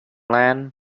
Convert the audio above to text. land